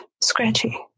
scratchy